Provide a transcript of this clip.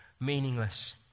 meaningless